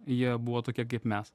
jie buvo tokie kaip mes